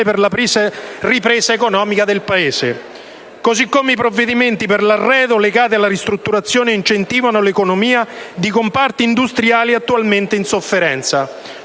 per la ripresa economica del Paese, così come i provvedimenti per l'arredo legati alla ristrutturazione incentivano l'economia di comparti industriali attualmente in sofferenza.